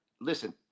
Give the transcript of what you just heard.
listen